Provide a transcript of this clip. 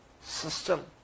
system